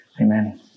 Amen